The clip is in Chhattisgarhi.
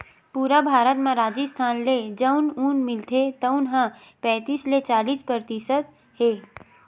पूरा भारत म राजिस्थान ले जउन ऊन मिलथे तउन ह पैतीस ले चालीस परतिसत हे